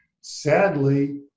sadly